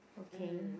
okay